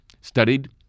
studied